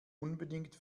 unbedingt